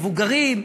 מבוגרים,